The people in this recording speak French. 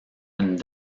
une